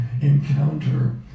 encounter